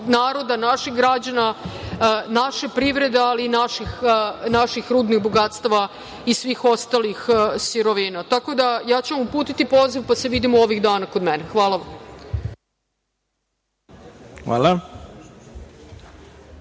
naroda, naših građana, naše privrede, ali i naših rudnih bogatstava i svih ostalih sirovina. Uputiću vam poziv, pa se vidimo ovih dana kod mene. Hvala vam. **Ivica